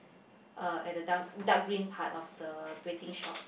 uh at the dark dark green part of the betting shop